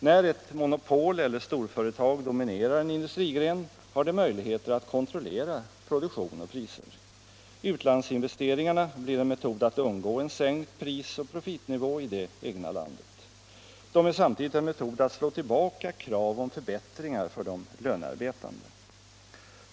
När ett monopol eller storföretag dominerar en industrigren har det möjligheter att kontrollera produktion och priser. Utlandsinves ' teringarna blir en metod att undgå en sänkt prisoch profitnivå i det egna landet. De är samtidigt en metod att slå tillbaka krav om förbättringar från de lönearbetande.